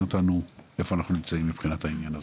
אותנו איפה אנחנו נמצאים מבחינת העניין הזה.